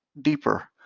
deeper